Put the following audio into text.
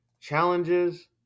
Challenges